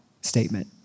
statement